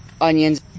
onions